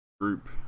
group